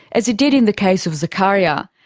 as it did in the case of zacharia.